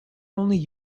only